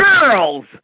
girls